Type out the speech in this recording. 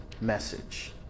message